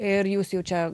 ir jūs jau čia